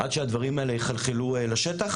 עד שהדברים האלה יחלחלו לשטח,